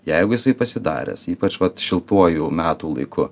jeigu jisai pasidaręs ypač šiltuoju metų laiku